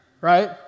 right